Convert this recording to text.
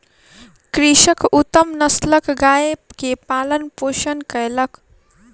कृषक उत्तम नस्लक गाय के पालन पोषण कयलक